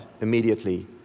immediately